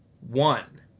One